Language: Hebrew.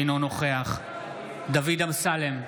אינו נוכח דוד אמסלם,